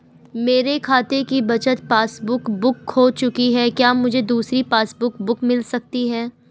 मेरे खाते की बचत पासबुक बुक खो चुकी है क्या मुझे दूसरी पासबुक बुक मिल सकती है?